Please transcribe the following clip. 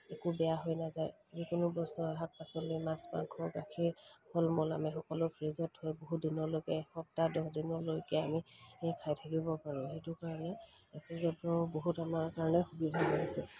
একো বেয়া হৈ নাযায় যিকোনো বস্তু শাক পাচলি মাছ মাংস গাখীৰ ফল মূল আমি সকলো ফ্ৰিজত থৈ বহু দিনলৈকে এসপ্তাহ দহ দিনলৈকে আমি খাই থাকিব পাৰোঁ সেইটো কাৰণে ৰেফ্ৰিজেৰেটৰটো বহুত আমাৰ কাৰণে সুবিধা হৈছে